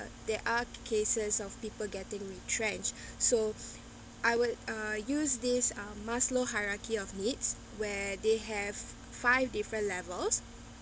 there are cases of people getting retrenched so I will uh use this um maslow hierarchy of needs where they have five different levels